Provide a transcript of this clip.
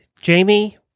Jamie